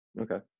Okay